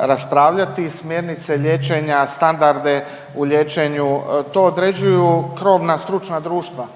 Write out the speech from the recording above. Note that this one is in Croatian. raspravljati, smjernice liječenja, standarde u liječenju, to određuju krovna stručna društva,